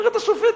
אומרת השופטת.